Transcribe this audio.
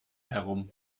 herum